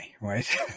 right